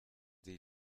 sie